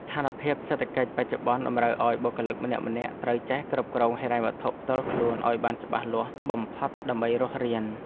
ស្ថានភាពសេដ្ឋកិច្ចបច្ចុប្បន្នតម្រូវឱ្យបុគ្គលិកម្នាក់ៗត្រូវចេះគ្រប់គ្រងហិរញ្ញវត្ថុផ្ទាល់ខ្លួនឱ្យបានច្បាស់លាស់បំផុតដើម្បីរស់រាន។